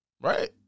Right